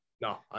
No